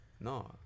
No